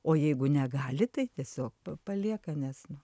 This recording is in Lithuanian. o jeigu negali tai tiesiog palieka nes nu